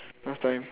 last time